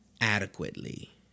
adequately